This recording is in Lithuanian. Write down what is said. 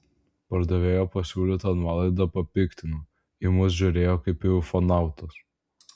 pardavėjo pasiūlyta nuolaida papiktino į mus žiūrėjo kaip į ufonautus